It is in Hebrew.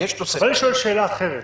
אני יכול לשאול שאלה אחרת.